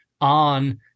on